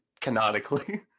canonically